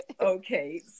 Okay